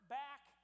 back